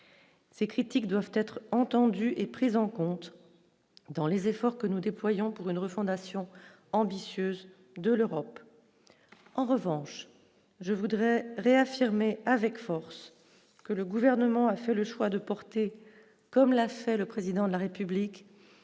ces critiques doivent être entendus et pris en compte dans les efforts que nous déployons pour une refondation ambitieuse de l'Europe, en revanche, je voudrais réaffirmer avec force que le gouvernement a fait le choix de porter, comme l'a fait le président de la République,